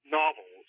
novels